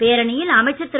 பேரணியில் அமைச்சர் திரு